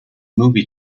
movie